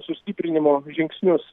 sustiprinimo žingsnius